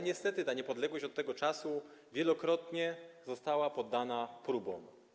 Niestety ta niepodległość od tego czasu wielokrotnie została poddana próbom.